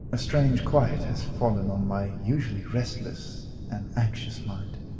a strange quiet has fallen on my usually restless and anxious mind.